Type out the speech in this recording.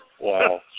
Wow